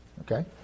okay